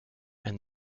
and